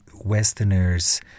Westerners